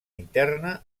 interna